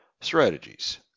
Strategies